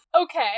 Okay